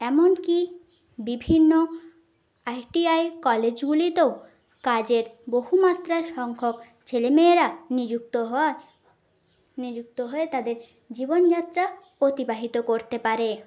এমনকি বিভিন্ন I T I কলেজগুলিতেও কাজের বহুমাত্রা সংখ্যাক ছেলেমেয়েরা নিযুক্ত হয় নিযুক্ত হয়ে তাদের জীবনযাত্রা অতিবাহিত করতে পারে